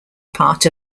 part